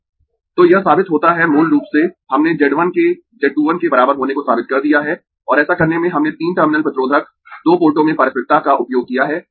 तो यह साबित होता है मूल रूप से हमने Z 1 के Z 2 1 के बराबर होने को साबित कर दिया है और ऐसा करने में हमने तीन टर्मिनल प्रतिरोधक दो पोर्टों में पारस्परिकता का उपयोग किया है